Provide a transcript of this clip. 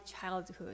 childhood